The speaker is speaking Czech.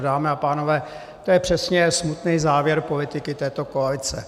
Dámy a pánové, to je přesně smutný závěr politiky této koalice.